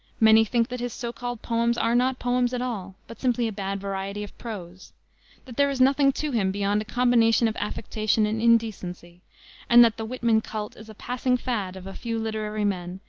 many think that his so-called poems are not poems at all, but simply a bad variety of prose that there is nothing to him beyond a combination of affectation and indecency and that the whitman culte is a passing fad of a few literary men,